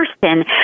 person